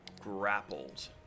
grappled